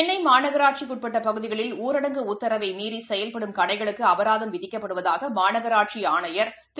சென்னைமாநகராட்சிக்குட்பட்டபகுதிகளில் ஊரடங்கு உத்தரவைமீறிசெயல்படும் கடைகளுக்குஅபராதம் விதிக்கப்படுவதாகமாநகராட்சிஆணையர் திரு